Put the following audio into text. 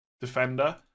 defender